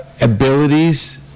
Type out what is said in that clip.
abilities